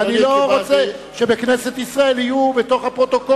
ואני לא רוצה שבכנסת ישראל תהיה בתוך הפרוטוקול